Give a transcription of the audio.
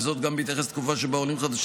וזאת גם בהתייחס לתקופה שבה עולים חדשים